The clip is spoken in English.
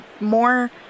more